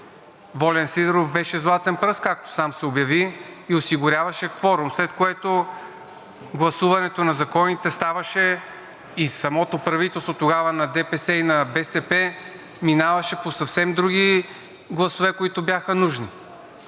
Волен Сидеров, беше „златен пръст“, както сам се обяви, и осигуряваше кворум, след което гласуването на законите ставаше. И самото правителство – тогава на ДПС и на БСП, минаваше със съвсем други гласове, които бяха нужни.